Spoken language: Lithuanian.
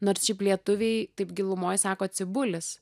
nors šiaip lietuviai taip gilumoj sako cibulis